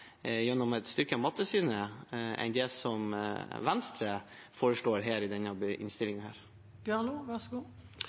gjennom å styrke Mattilsynet, enn det som Venstre foreslår i denne